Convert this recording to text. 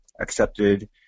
accepted